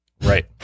Right